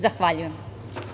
Zahvaljujem.